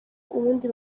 ubundi